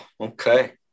okay